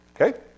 okay